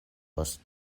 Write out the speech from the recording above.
post